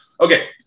Okay